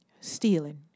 Stealing